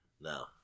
No